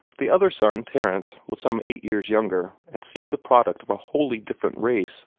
the other son, terence, was some eight years younger, and seemed the product of a wholly different race.